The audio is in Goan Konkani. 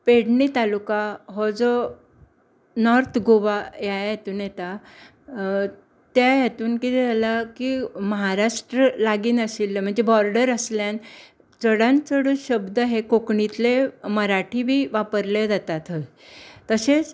पेडणे तालुका हो जो नॉर्थ गोवा ह्या हेतून येता त्या हेतून कितें जाला की महाराष्ट्र लागीं आशिल्ल्यान म्हणजे बॉर्डर आशिल्ल्यान चडांत चड शब्द हे कोंकणीतले मराठी बी वापरले जाता थंय तशेंच